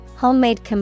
Homemade